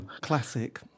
Classic